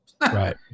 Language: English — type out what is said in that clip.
right